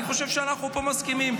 אני חושב שפה אנחנו מסכימים.